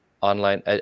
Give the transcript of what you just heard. online